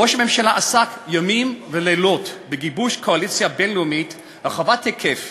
ראש הממשלה עסק ימים ולילות בגיבוש קואליציה בין-לאומית רחבת היקף,